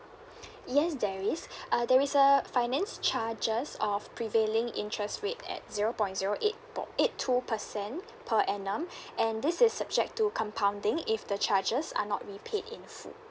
yes there is uh there is a finance charges of prevailing interest rate at zero point zero eight point eight two percent per annum and this is subject to compounding if the charges are not repaid in full